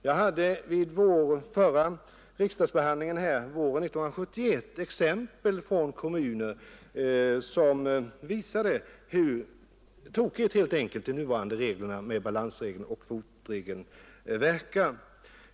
Jag hade vid riksdagsbehandlingen våren 1971 exempel från kommuner, som visade hur helt enkelt tokigt balansoch kvotreglerna verkar.